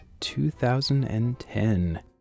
2010